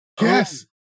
Yes